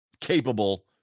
capable